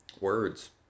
Words